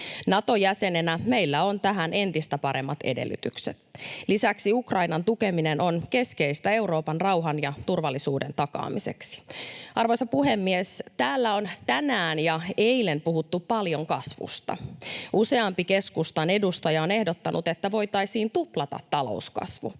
Nato-jäsenenä meillä on tähän entistä paremmat edellytykset. Lisäksi Ukrainan tukeminen on keskeistä Euroopan rauhan ja turvallisuuden takaamiseksi. Arvoisa puhemies! Täällä on tänään ja eilen puhuttu paljon kasvusta. Useampi keskustan edustaja on ehdottanut, että voitaisiin tuplata talouskasvu.